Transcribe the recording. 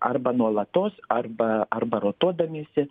arba nuolatos arba arba rotuodamiesi